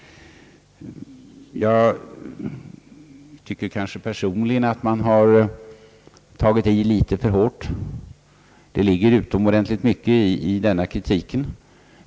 Jag tycker personligen att man tagit i litet för hårt. Det ligger dock utomordentligt mycket i kritiken.